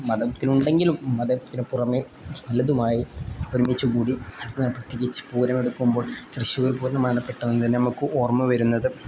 മതത്തിനുണ്ടെങ്കിലും മതത്തിന് പുറമേ പലതുമായി ഒരുമിച്ച് കൂടി പ്രത്യേകിച്ച് പൂരമെടുക്കുമ്പോൾ തൃശ്ശൂർ പൂരമാണ് പെട്ടെന്ന് തന്നെ നമുക്ക് ഓർമ്മ വരുന്നത്